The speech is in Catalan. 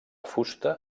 fusta